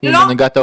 לא.